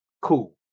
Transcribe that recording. Cool